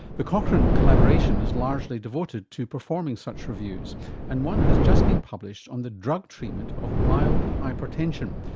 the cochrane collaboration is largely devoted to performing such reviews and one has just been published on the drug treatment of mild hypertension,